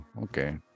okay